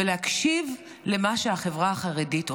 ולהקשיב למה שהחברה החרדית אומרת.